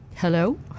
hello